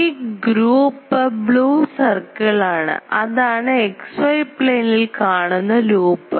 ഈ group blue circle ആണ് അതാണ് X Yപ്ലെയിനിൽ കാണുന്ന ലൂപ്പ്